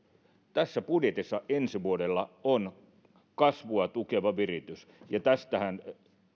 tässä budjetissa ensi vuodelle on kasvua tukeva viritys ja tästähän